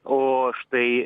o štai